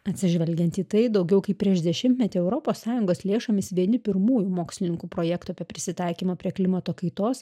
atsižvelgiant į tai daugiau kaip prieš dešimtmetį europos sąjungos lėšomis vieni pirmųjų mokslininkų projektų apie prisitaikymą prie klimato kaitos